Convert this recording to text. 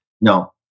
No